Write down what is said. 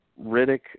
Riddick